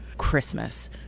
Christmas